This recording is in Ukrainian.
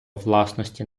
власності